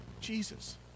Jesus